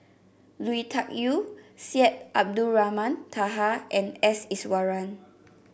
Lui Tuck Yew Syed Abdulrahman Taha and S Iswaran